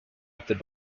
adopted